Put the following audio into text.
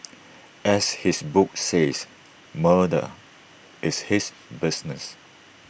as his book says murder is his business